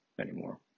anymore